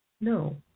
No